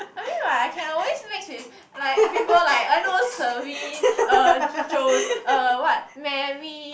I mean like I can always mix with like people like I know Serene uh Jo uh what Mary